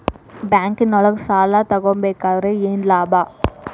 ಬ್ಯಾಂಕ್ನೊಳಗ್ ಸಾಲ ತಗೊಬೇಕಾದ್ರೆ ಏನ್ ಲಾಭ?